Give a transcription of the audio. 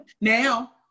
Now